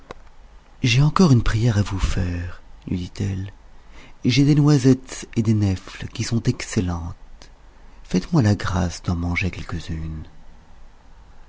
j'ai encore une prière à vous faire lui dit-elle j'ai des noisettes et des nèfles qui sont excellentes faites-moi la grâce d'en manger quelques-unes